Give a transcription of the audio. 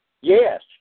yes